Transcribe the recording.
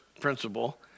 principle